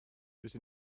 durch